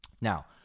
Now